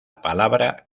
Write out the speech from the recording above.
palabra